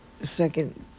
second